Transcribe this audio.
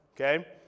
okay